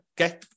okay